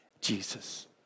Jesus